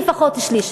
לפחות שליש.